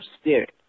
spirit